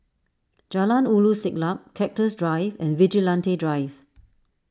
Jalan Ulu Siglap Cactus Drive and Vigilante Drive